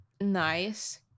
Nice